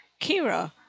Kira